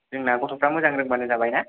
जोंना गथ'फ्रा मोजां रोंब्लानो जाबाय ना